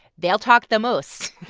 they'll talk the most.